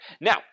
Now